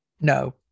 No